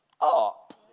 up